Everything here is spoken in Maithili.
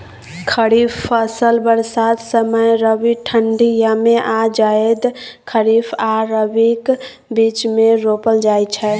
खरीफ फसल बरसात समय, रबी ठंढी यमे आ जाएद खरीफ आ रबीक बीचमे रोपल जाइ छै